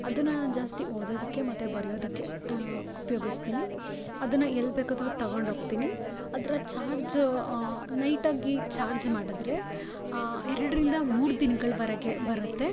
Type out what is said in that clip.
ಅದನ್ನು ನಾನು ಜಾಸ್ತಿ ಓದೋದಕ್ಕೆ ಮತ್ತು ಬರ್ಯೋದಕ್ಕೆ ಉಪಯೋಗಸ್ತೀನಿ ಅದನ್ನು ಎಲ್ಲಿ ಬೇಕಾದ್ರೂ ತಗೊಂಡು ಹೋಗ್ತೀನಿ ಅದರ ಚಾರ್ಜು ನೈಟ್ ಆಗಿ ಚಾರ್ಜ್ ಮಾಡಿದ್ರೆ ಎರಡರಿಂದ ಮೂರು ದಿನ್ಗಳವರೆಗೆ ಬರುತ್ತೆ